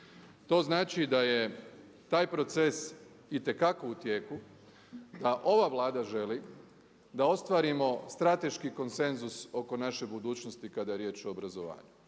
To znači da je taj proces itekako u tijeku da ova Vlada želi da ostvarimo strateški konsenzus oko naše budućnosti kada je riječ o obrazovanju.